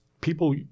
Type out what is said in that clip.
People